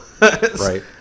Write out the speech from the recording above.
Right